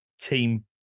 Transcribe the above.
team